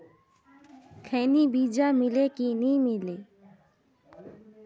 खैनी बिजा मिले कि नी मिले?